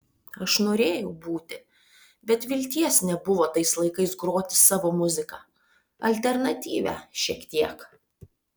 aš norėjau būti bet vilties nebuvo tais laikais groti savo muziką alternatyvią šiek tiek